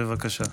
בבקשה.